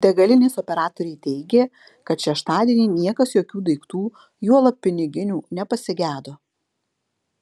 degalinės operatoriai teigė kad šeštadienį niekas jokių daiktų juolab piniginių nepasigedo